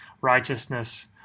righteousness